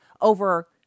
over